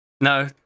No